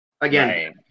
Again